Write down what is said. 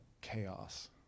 Chaos